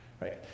right